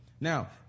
Now